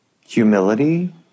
Humility